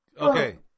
Okay